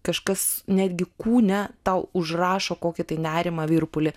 kažkas netgi kūne tau užrašo kokį tai nerimą virpulį